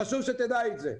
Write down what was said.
חשוב שתדע את זה.